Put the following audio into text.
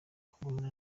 kugumana